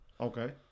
Okay